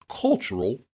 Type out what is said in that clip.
cultural